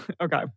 Okay